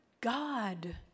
God